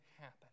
happen